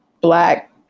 black